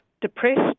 depressed